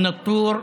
מא-טור,